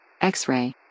X-ray